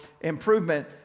improvement